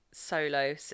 solo